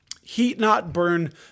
heat-not-burn